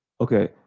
okay